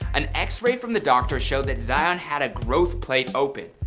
an x-ray from the doctor showed that zion had a growth plate open.